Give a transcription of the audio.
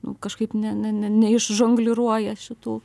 nu kažkaip ne ne ne neišžongliruoja šitų